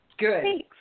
Good